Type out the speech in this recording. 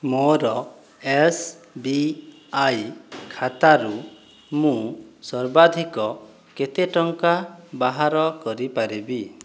ମୋର S B I ଖାତାରୁ ମୁଁ ସର୍ବାଧିକ କେତେ ଟଙ୍କା ବାହାର କରିପାରିବି